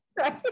right